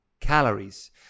calories